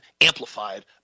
amplified